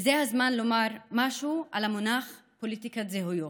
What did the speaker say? וזה הזמן לומר משהו על המונח "פוליטיקת זהויות".